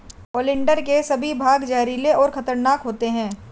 oleander के सभी भाग जहरीले और खतरनाक होते हैं